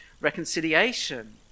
reconciliation